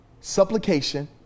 supplication